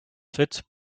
faites